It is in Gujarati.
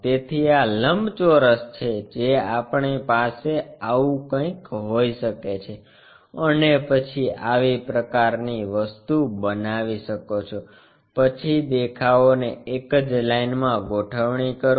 તેથી આ લંબચોરસ છે જે આપણી પાસે આવું કંઈક હોઈ શકે છે અને પછી આવી પ્રકારની વસ્તુ બનાવી શકો છો પછી દેખાવોને એક જ લાઈનમાં ગોઠવણી કરો